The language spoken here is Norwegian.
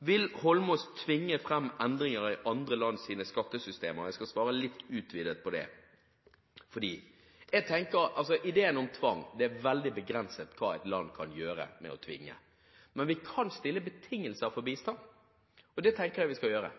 om Holmås vil tvinge fram endringer i andre lands skattesystemer. Jeg skal svare litt utvidet på det. Når det gjelder ideen om tvang: Det er veldig begrenset hva et land kan gjøre ved å tvinge. Men vi kan stille betingelser for bistand, og det tenker jeg vi skal gjøre.